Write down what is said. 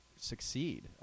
succeed